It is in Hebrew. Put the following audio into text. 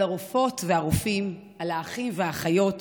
על רופאות ורופאים, על אחים ואחיות,